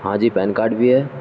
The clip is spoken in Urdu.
ہاں جی پین کارڈ بھی ہے